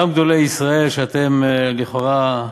גם גדולי ישראל שאתם, לכאורה,